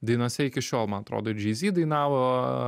dainose iki šiol man atrodo ir džei z dainavo